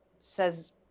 says